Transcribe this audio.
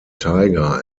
tiger